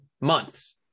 months